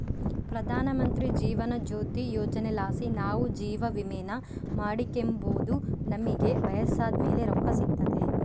ಪ್ರಧಾನಮಂತ್ರಿ ಜೀವನ ಜ್ಯೋತಿ ಯೋಜನೆಲಾಸಿ ನಾವು ಜೀವವಿಮೇನ ಮಾಡಿಕೆಂಬೋದು ನಮಿಗೆ ವಯಸ್ಸಾದ್ ಮೇಲೆ ರೊಕ್ಕ ಸಿಗ್ತತೆ